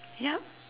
yep